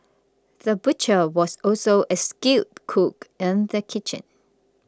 the butcher was also a skilled cook in the kitchen